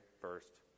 first